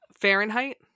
Fahrenheit